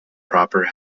proper